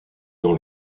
dans